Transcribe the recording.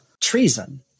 treason